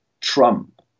Trump